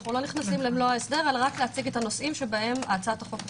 אנחנו לא נכנסים למלוא ההסדר אלא רק הצגת הנושאים שבהם הצעת החוק דנה.